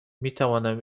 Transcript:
میتوانم